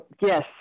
Yes